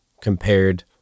compared